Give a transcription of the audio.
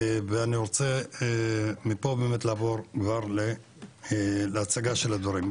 אני רוצה באמת מפה לעבור כבר להצגה של הדברים.